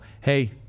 hey